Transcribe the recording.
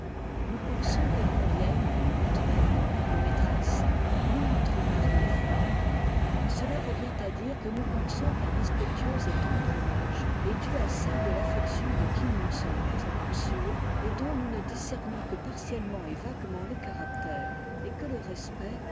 nous pensons qu'elles conviennent entre amant et maîtresse non entre mari et femme cela revient à dire que nous pensons qu'un respectueux et tendre hommage est dû à celte de l'affection de qui nous ne sommes pas encore sûrs et dont nous ne discernons que partiellement et vaguement le caractère et que le respect